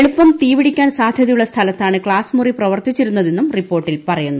എളുപ്പം തീപിടിക്കാൻ സാധ്യത്യുള്ള സ്ഥലത്താണ് ക്സാസ് മുറി പ്രവർത്തിച്ചിരുന്നതെന്നും റിപ്പർട്ടിൽ പറയുന്നു